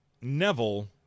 Neville